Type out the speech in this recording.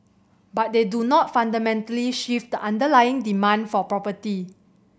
but they do not fundamentally shift the underlying demand for property